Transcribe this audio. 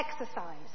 exercise